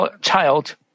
child